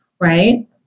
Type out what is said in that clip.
right